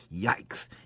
yikes